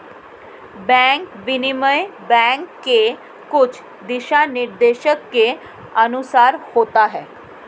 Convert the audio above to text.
bank विनिमय bank के कुछ दिशानिर्देशों के अनुसार होता है